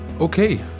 Okay